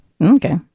Okay